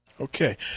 Okay